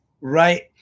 Right